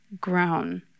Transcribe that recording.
grown